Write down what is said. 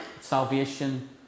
salvation